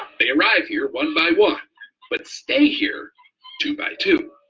they arrived here one by one but stay here two by two.